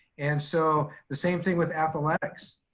and so the same thing with athletics.